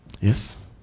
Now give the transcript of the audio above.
Yes